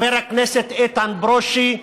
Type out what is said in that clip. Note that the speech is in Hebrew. חבר הכנסת איתן ברושי,